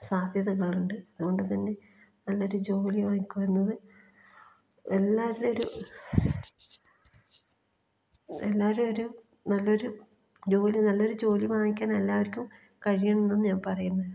സാധ്യതകളുണ്ട് അതുകൊണ്ട് തന്നെ നല്ലൊരു ജോലി വാങ്ങിക്കുക എന്നത് എല്ലാവരുടേയും ഒരു എല്ലാവരും ഒരു നല്ലൊരു ജോലി നല്ലൊരു ജോലി വാങ്ങിക്കാൻ എല്ലാവർക്കും കഴിയുമെന്ന് ഞാൻ പറയുന്നു